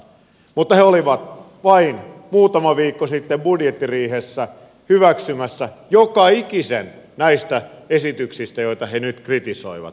mutta he olivat vain muutama viikko sitten budjettiriihessä hyväksymässä joka ikisen näistä esityksistä joita he nyt kritisoivat